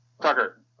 Tucker